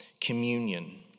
communion